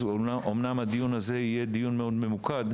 אז אמנם הדיון הזה יהיה מאוד ממוקד,